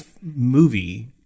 movie